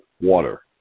water